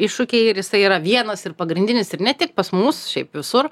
iššūkiai ir jisai yra vienas ir pagrindinis ir ne tik pas mus šiaip visur